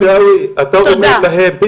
עיסאווי, אתה אומר להם,